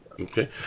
okay